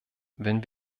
wenn